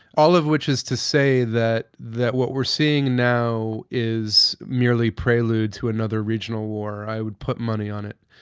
all of which is to say that that what we're seeing now is merely prelude to another regional war. i would put money on it.